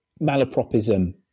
malapropism